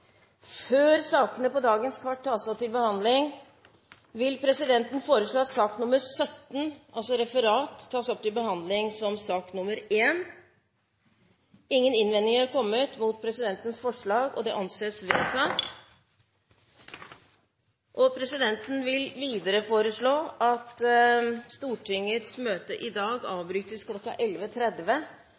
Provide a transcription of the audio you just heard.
Før sakene på dagens kart tas opp til behandling, vil presidenten foreslå at sak nr. 17, Referat, tas opp til behandling før sak nr. 1. – Ingen innvendinger er kommet mot presidentens forslag, og det anses vedtatt. Presidenten vil videre foreslå at Stortingets møte i dag avbrytes